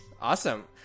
awesome